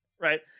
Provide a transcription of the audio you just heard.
Right